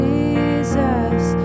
Jesus